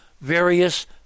various